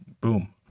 boom